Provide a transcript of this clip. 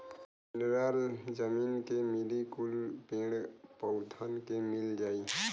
mineral जमीन के मिली कुल पेड़ पउधन के मिल जाई